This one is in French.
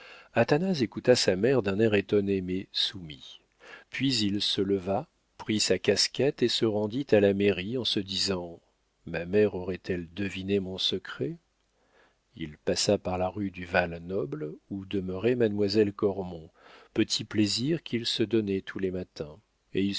athanase écouta sa mère d'un air étonné mais soumis puis il se leva prit sa casquette et se rendit à la mairie en se disant ma mère aurait-elle deviné mon secret il passa par la rue du val-noble où demeurait mademoiselle cormon petit plaisir qu'il se donnait tous les matins et